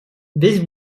весь